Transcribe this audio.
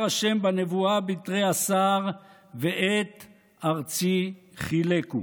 ה' בנבואה בתרי עשר: ואת ארצי חילקו.